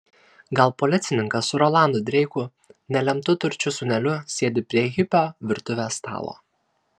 gal policininkas su rolandu dreiku nelemtu turčių sūneliu sėdi prie hipio virtuvės stalo